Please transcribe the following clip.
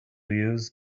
use